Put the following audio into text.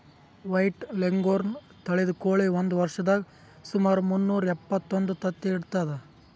white leghorn ತಳಿದ್ ಕೋಳಿ ಒಂದ್ ವರ್ಷದಾಗ್ ಸುಮಾರ್ ಮುನ್ನೂರಾ ಎಪ್ಪತ್ತೊಂದು ತತ್ತಿ ಇಡ್ತದ್